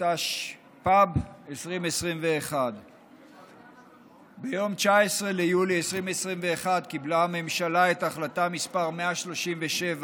התשפ"ב 2021. ביום 19 ביולי 2021 קיבלה הממשלה את החלטה מס' 137,